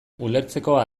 ulertzekoa